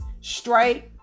straight